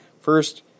First